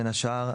בין השאר,